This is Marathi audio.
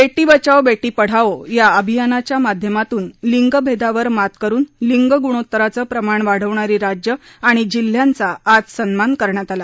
बेटी बचाओ बेटी पढाओ या अभियानाच्या माध्यमातून लिंग भेदावर मात करून लिंग गुणोत्तराचं प्रमाण वाढवणारी राज्यं आणि जिल्ह्यांचा आज सन्मान करण्यात आला